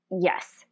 Yes